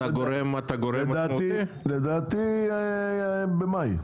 לדעתי, במאי.